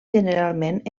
generalment